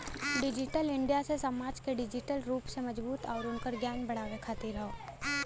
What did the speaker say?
digital India से समाज के डिजिटल रूप से मजबूत आउर उनकर ज्ञान बढ़ावे खातिर हौ